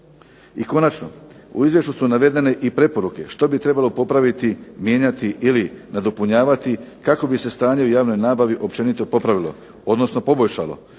I konačno, u izvješću su navedene i preporuke što bi trebalo popraviti, mijenjati ili nadopunjavati kako bi se stanje u javnoj nabavi općenito popravilo, odnosno poboljšalo.